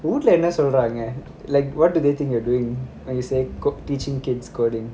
வூட்டுல என்ன சொல்றாங்க:voodula enna solraanga like what do they think you're doing when you say teaching kids coding